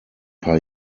paar